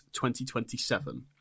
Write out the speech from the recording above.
2027